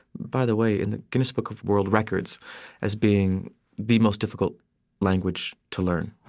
by the way, in the guinness book of world records as being the most difficult language to learn.